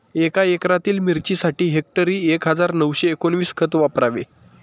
एका एकरातील मिरचीसाठी हेक्टरी एक हजार नऊशे एकोणवीस खत वापरावे